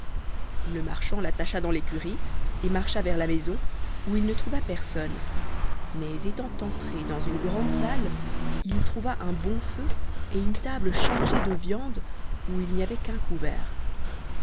le marchand l'attacha dans l'écurie et marcha vers la maison où il ne trouva personne mais étant entré dans une grande salle il y trouva un bon feu et une table chargée de viande où il n'y avait qu'un couvert